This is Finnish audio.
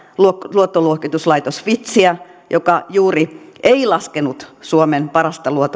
luottoluokituslaitos fitchiä joka juuri ei laskenut suomen parasta